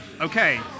okay